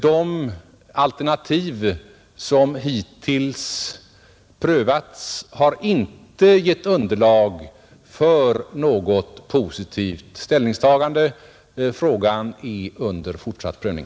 De alternativ som hittills prövats har inte gett underlag för något positivt ställningstagande; frågan är under fortsatt prövning.